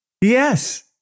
Yes